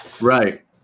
Right